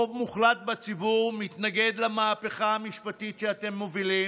רוב מוחלט בציבור מתנגד למהפכה המשפטית שאתם מובילים,